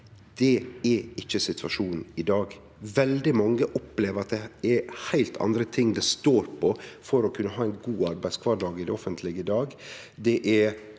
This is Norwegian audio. Dette er ikkje situasjonen i dag. Veldig mange opplever at det er heilt andre ting det står på for å kunne ha ein god arbeidskvardag i det offentlege i dag.